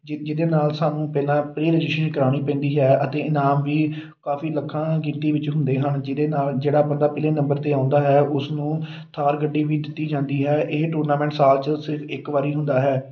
ਜਿਹਦੇ ਨਾਲ ਸਾਨੂੰ ਪਹਿਲਾਂ ਪ੍ਰੀ ਰਜਿਸਟਰੇਸ਼ਨ ਕਰਾਉਣੀ ਪੈਂਦੀ ਹੈ ਅਤੇ ਇਨਾਮ ਵੀ ਕਾਫੀ ਲੱਖਾਂ ਗਿਣਤੀ ਵਿੱਚ ਹੁੰਦੇ ਹਨ ਜਿਹਦੇ ਨਾਲ ਜਿਹੜਾ ਬੰਦਾ ਪਹਿਲੇ ਨੰਬਰ 'ਤੇ ਆਉਂਦਾ ਹੈ ਉਸ ਨੂੰ ਥਾਰ ਗੱਡੀ ਵੀ ਦਿੱਤੀ ਜਾਂਦੀ ਹੈ ਇਹ ਟੂਰਨਾਮੈਂਟ ਸਾਲ 'ਚ ਸਿਰਫ ਇੱਕ ਵਾਰੀ ਹੁੰਦਾ ਹੈ